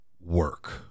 work